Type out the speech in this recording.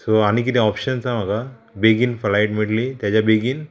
so आनी किदें options आहा म्हाका बेगीन फ्लायट मेळ्ळी तेज्या बेगीन